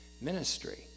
ministry